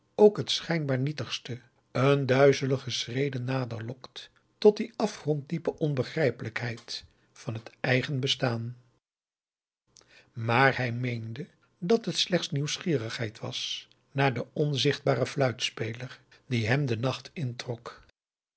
ook het schijnbaar nietigste een duizelige schrede nader lokt tot die afgrond diepe onbegrijpelijkheid van het eigen bestaan maar hij meende dat t slechts nieuwsgierigheid was naar den onzichtbaren fluitspeler die hem den nacht in trok